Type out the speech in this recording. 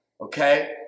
okay